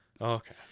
okay